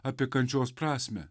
apie kančios prasmę